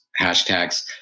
hashtags